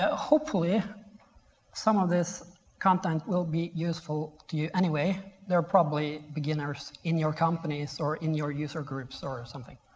ah hopefully some of this content will be useful to you anyway. there are probably beginners in your companies or in your user groups or something.